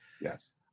yes